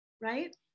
right